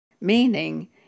meaning